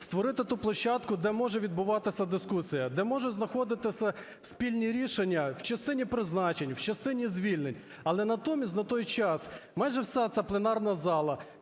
створити ту площадку, де може відбуватися дискусія, де можуть знаходитися спільні рішення в частині призначень, в частині звільнень. Але натомість на той час майже вся ця пленарна зала,